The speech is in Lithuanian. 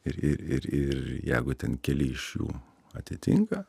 ir i ir ir jegu ten keli iš jų atitinka